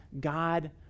God